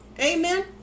Amen